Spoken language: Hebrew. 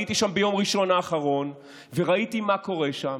הייתי שם ביום ראשון האחרון וראיתי מה קורה שם,